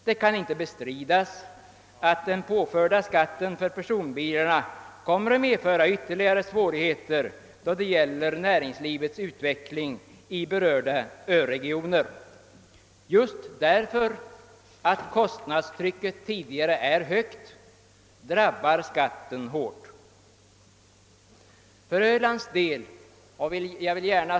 Det kan inte bestridas att den påförda skatten för personbilstrafiken kommer att medföra ytterligare svårigheter för näringslivets utveck ling i berörda öregioner. Just av den anledningen att kostnadstrycket tidigare är högt drabbar skatten hårt.